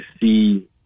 see